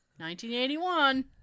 1981